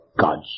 God's